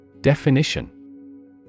Definition